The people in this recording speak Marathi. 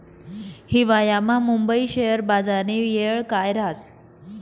हिवायामा मुंबई शेयर बजारनी येळ काय राहस